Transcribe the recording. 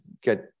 get